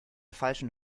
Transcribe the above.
falschen